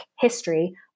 history